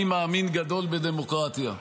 אני מאמין גדול בדמוקרטיה,